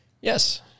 Yes